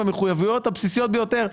במחויבויות הבסיסיות ביותר,